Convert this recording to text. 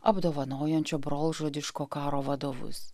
apdovanojančio brolžudiško karo vadovus